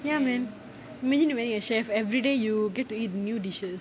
ya man imagine you marry a chef everyday you get to eat new dishes